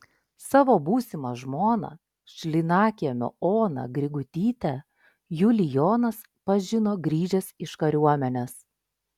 savo būsimą žmoną šlynakiemio oną grigutytę julijonas pažino grįžęs iš kariuomenės